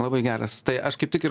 labai geras tai aš kaip tik ir